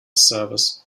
service